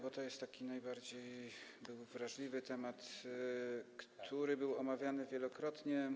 bo to jest najbardziej wrażliwy temat, który był omawiany wielokrotnie